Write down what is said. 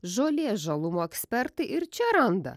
žolės žalumo ekspertai ir čia randa